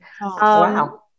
wow